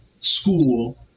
school